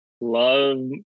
Love